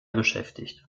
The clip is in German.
beschäftigt